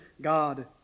God